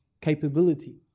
capability